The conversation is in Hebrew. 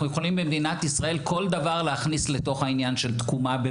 אנחנו יכולים במדינת ישראל כל דבר להכניס לתוך העניין של תקומה.